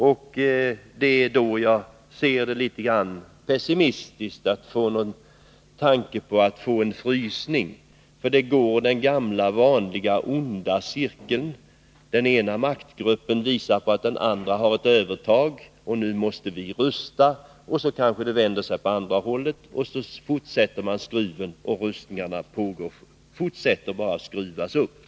Jag ser, med utgångspunkt i detta, pessimistiskt på möjligheterna att få en frysning till stånd. Det blir den gamla vanliga onda cirkeln. Den ena maktgruppen visar att den andra har ett övertag och säger: Nu måste vi rusta. 65 Därefter kanske det vänder, och rustningarna fortsätter att skruvas upp.